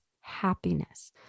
happiness